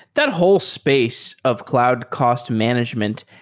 that whole space of cloud cost management,